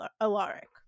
Alaric